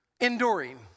enduring